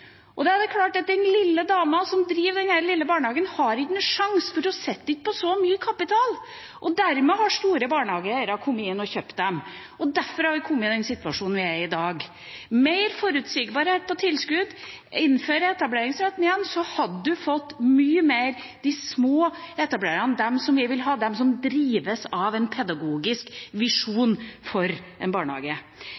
og da er det klart at den lille dama som driver den lille barnehagen, har ingen sjanse, for hun sitter ikke på så mye kapital. Dermed har store barnehageeiere kommet inn og kjøpt dem. Derfor har vi kommet i den situasjonen vi er i i dag. Med mer forutsigbarhet når det gjelder tilskudd, og ved å innføre etableringsretten igjen, så hadde en fått mer av de små etablererne, dem som vi vil ha, dem som drives av en pedagogisk